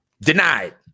Denied